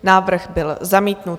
Návrh byl zamítnut.